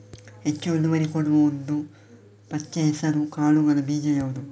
ಹೆಚ್ಚು ಇಳುವರಿ ಕೊಡುವ ಉದ್ದು, ಪಚ್ಚೆ ಹೆಸರು ಕಾಳುಗಳ ಬೀಜ ಯಾವುದು?